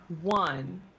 One